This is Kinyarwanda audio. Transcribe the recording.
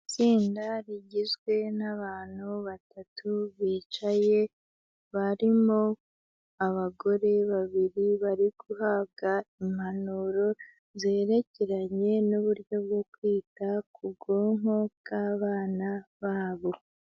Itsinda rigizwe n'abantu batatu bicaye, barimo abagore babiri bari guhabwa impanuro zerekeranye n'uburyo bwo kwita ku bwonko bw'abana babo.